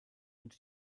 und